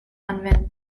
anwenden